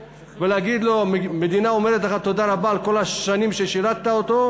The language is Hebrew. ולהגיד לו: המדינה אומרת לך תודה רבה על כל השנים ששירת אותה,